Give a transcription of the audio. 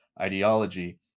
ideology